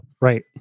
Right